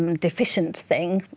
um deficient thing.